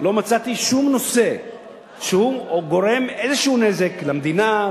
לא מצאתי שום נושא שגורם איזשהו נזק למדינה,